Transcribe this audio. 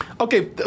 okay